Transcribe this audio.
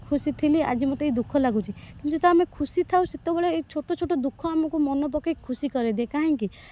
ଖୁସି ଥିଲି ଆଜି ମୋତେ ଦୁଃଖ ଲାଗୁଛି ଯେତେବେଳେ ଆମେ ଖୁସି ଥାଉ ସେତେବେଳେ ଏ ଛୋଟ ଛୋଟ ଦୁଃଖ ଆମକୁ ମନ ପକାଇ ଖୁସି କରାଇଦିଏ କାହିଁକି